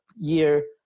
year